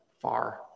far